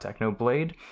Technoblade